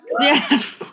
Yes